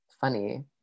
funny